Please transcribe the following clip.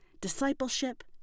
discipleship